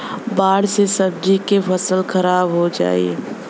बाढ़ से सब्जी क फसल खराब हो जाई